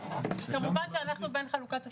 כמובן שאנחנו בין חלוקת הסכומים,